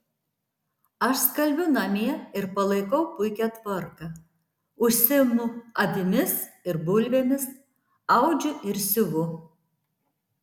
aš skalbiu namie ir palaikau puikią tvarką užsiimu avimis ir bulvėmis audžiu ir siuvu